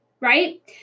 right